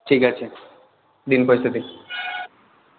ঠিক আছে দিন পয়সা দিন